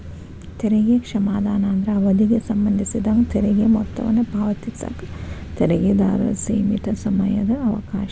ತೆರಿಗೆ ಕ್ಷಮಾದಾನ ಅಂದ್ರ ಅವಧಿಗೆ ಸಂಬಂಧಿಸಿದಂಗ ತೆರಿಗೆ ಮೊತ್ತವನ್ನ ಪಾವತಿಸಕ ತೆರಿಗೆದಾರರ ಸೇಮಿತ ಸಮಯದ ಅವಕಾಶ